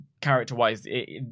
character-wise